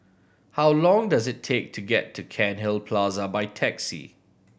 how long does it take to get to Cairnhill Plaza by taxi